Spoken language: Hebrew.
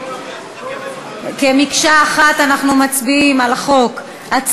אנחנו מצביעים על החוק כמקשה אחת.